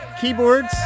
keyboards